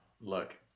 look